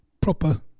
proper